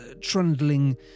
trundling